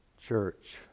Church